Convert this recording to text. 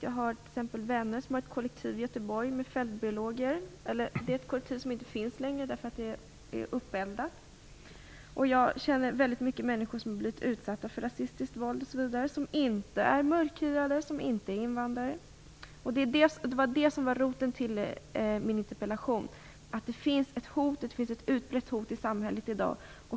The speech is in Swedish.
Jag har vänner som tillhört ett kollektiv med fältbiologer i Göteborg vilket inte längre finns, eftersom lokalerna är uppeldade. Jag känner många människor som blivit utsatta bl.a. för rasistiskt våld, trots att de inte är mörkhyade eller invandrare. Roten till min interpellation är att det i samhället i dag finns ett utbrett hot.